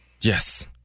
Yes